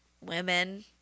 women